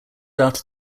after